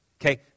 Okay